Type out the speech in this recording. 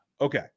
Okay